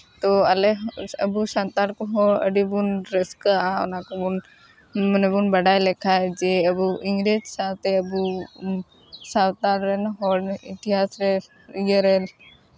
ᱛᱳ ᱟᱞᱮ ᱦᱚᱸ ᱟᱵᱚ ᱥᱟᱱᱛᱟᱲ ᱠᱚᱦᱚᱸ ᱟᱹᱰᱤᱵᱚᱱ ᱨᱟᱹᱥᱠᱟᱹᱜᱼᱟ ᱚᱱᱟ ᱠᱚᱵᱚᱱ ᱢᱟᱱᱮ ᱵᱚᱱ ᱵᱟᱰᱟᱭ ᱞᱮᱠᱷᱟᱡ ᱡᱮ ᱤᱝᱨᱮᱡᱽ ᱥᱟᱶᱛᱮ ᱟᱵᱚ ᱥᱟᱱᱛᱟᱲ ᱨᱮᱱ ᱦᱚᱲ ᱤᱛᱤᱦᱟᱥ ᱨᱮ ᱤᱭᱟᱹ ᱨᱮ